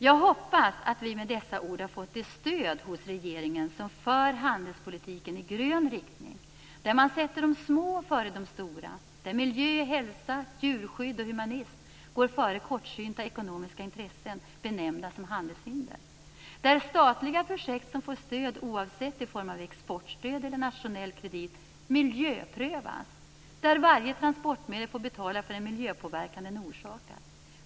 Jag hoppas att vi med dessa ord har fått det stöd hos regeringen som för handelspolitiken i grön riktning, där man sätter de små före de stora, där miljö, hälsa, djurskydd och humanism går före kortsynta ekonomiska intressen, benämnda som handelshinder. Det är en politik där statliga projekt som får stöd, oavsett om det är i form av exportstöd eller nationell kredit, miljöprövas och där varje transportmedel får betala för den miljöpåverkan det orsakar.